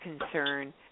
concern